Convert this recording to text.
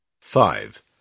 Five